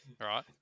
right